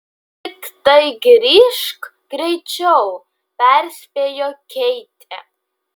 tiktai grįžk greičiau perspėjo keitė